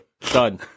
Done